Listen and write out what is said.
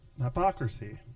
hypocrisy